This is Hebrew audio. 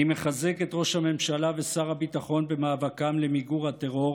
אני מחזק את ראש הממשלה ושר הביטחון במאבקם למיגור הטרור